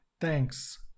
Thanks